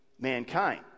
mankind